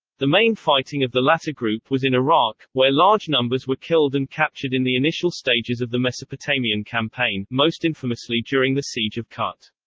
the main fighting of the latter group was in iraq, where large numbers were killed and captured in the initial stages of the mesopotamian campaign, most infamously during the siege of kut.